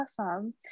awesome